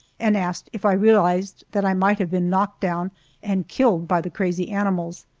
and asked if i realized that i might have been knocked down and killed by the crazy animals.